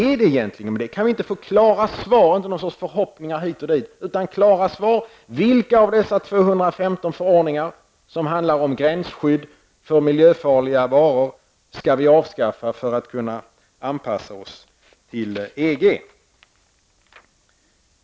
Hur är det egentligen med det -- kan vi inte få klara svar och inte bara förhoppningar hit och dit: Vilka av dessa 215 förordningar som handlar om gränsskydd för miljöfarliga varor skall vi avskaffa för att kunna anpassa oss till EG?